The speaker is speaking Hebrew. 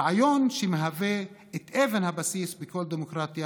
רעיון שמהווה את אבן הבסיס בכל דמוקרטיה